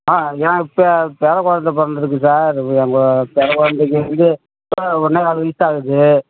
ஆ ஏன் பே பேரக் குழந்தை பிறந்திருக்கு சார் எங்கள் பேரக் குழந்தைக்கி வந்து இப்போ ஒன்றேகால் வயது ஆகுது